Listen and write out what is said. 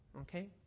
Okay